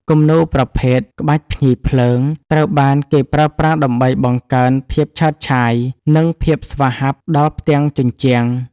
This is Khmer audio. គំនូរប្រភេទ ក្បាច់ភ្ញីភ្លើង ត្រូវបានគេប្រើប្រាស់ដើម្បីបង្កើនភាពឆើតឆាយ និងភាពស្វាហាប់ដល់ផ្ទាំងជញ្ជាំង។